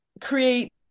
create